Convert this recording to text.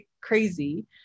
crazy